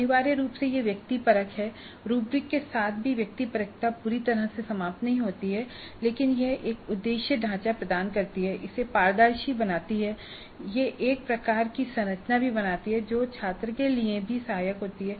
अनिवार्य रूप से यह व्यक्तिपरक है रूब्रिक के साथ भी व्यक्तिपरकता पूरी तरह समाप्त नहीं होती है लेकिन यह एक उद्देश्य ढांचा प्रदान करती है और इसे पारदर्शी बनाती है और यह एक प्रकार की संरचना भी बनाती है जो छात्र के लिए भी सहायक होती है